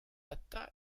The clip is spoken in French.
attaque